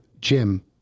Jim